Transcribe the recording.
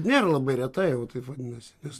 nėr labai reta jau taip vadinasi nes